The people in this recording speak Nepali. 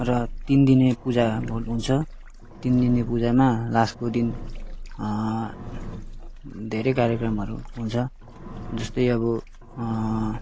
र तिनदिने पूजा हुन्छ तिन दिने पूजामा लास्टको दिन धेरै कार्यक्रमहरू हुन्छ जस्तै अब